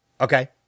Okay